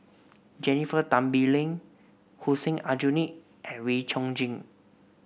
Jennifer Tan Bee Leng Hussein Aljunied and Wee Chong Jin